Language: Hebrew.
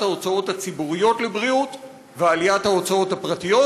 ההוצאות הציבוריות לבריאות ועליית ההוצאות הפרטיות,